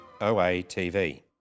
OATV